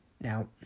now